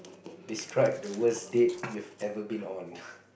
describe the worst date you've ever been on